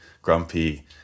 grumpy